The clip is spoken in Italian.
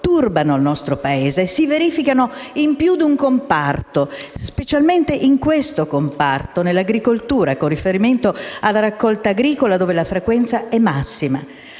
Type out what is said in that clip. turbano il nostro Paese. Si verificano in più di un comparto, specialmente nell'agricoltura e, in particolare, con riferimento alla raccolta agricola, dove la frequenza è massima.